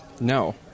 No